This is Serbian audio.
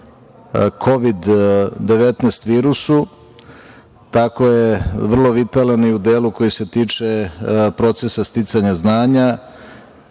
Kovid-19 virusu, tako je vrlo vitalan i u delu koji se tiče procesa sticanja znanja.